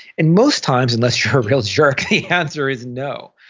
and most times, unless you're a real jerk, the answer is no.